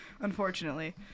unfortunately